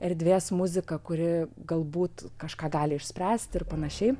erdvės muzika kuri galbūt kažką gali išspręsti ir panašiai